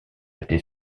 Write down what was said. été